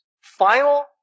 final